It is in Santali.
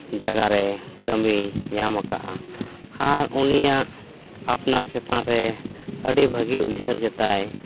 ᱡᱟᱭᱜᱟ ᱨᱮ ᱠᱟᱹᱢᱤ ᱧᱟᱢ ᱠᱟᱫᱟᱭ ᱟᱨ ᱩᱱᱤᱭᱟᱜ ᱟᱯᱱᱟᱨ ᱪᱮᱛᱟᱱ ᱨᱮ ᱟᱹᱰᱤ ᱵᱷᱟᱹᱜᱤ ᱩᱭᱦᱟᱹᱨ ᱜᱮᱛᱟᱭ